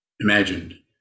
imagined